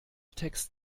text